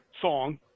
song